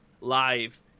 live